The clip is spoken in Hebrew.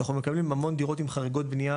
אנחנו מקבלים הרבה דירות עם חריגות בנייה,